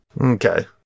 Okay